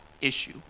issue